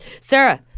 Sarah